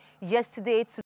yesterday